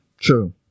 True